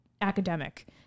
academic